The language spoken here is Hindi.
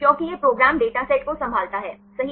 क्योंकि यह प्रोग्राम डेटा सेट को संभालता है सही